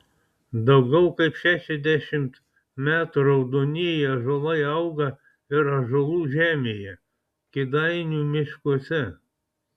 daugiau kaip šešiasdešimt metų raudonieji ąžuolai auga ir ąžuolų žemėje kėdainių miškuose